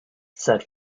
said